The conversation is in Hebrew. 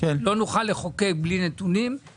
לא נוכל לחוקק בלי נתונים,